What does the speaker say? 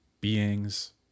beings